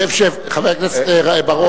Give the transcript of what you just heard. שב, שב, חבר הכנסת בר-און.